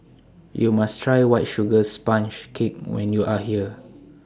YOU must Try White Sugar Sponge Cake when YOU Are here